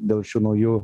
dėl šių naujų